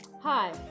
Hi